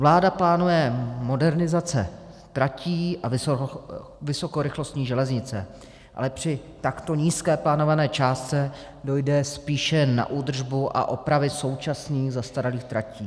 Vláda plánuje modernizace tratí a vysokorychlostní železnice, ale při takto nízké plánované částce dojde spíše na údržbu a opravy současných zastaralých tratí.